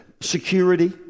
Security